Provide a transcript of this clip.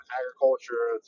agriculture